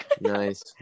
Nice